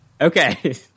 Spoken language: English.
Okay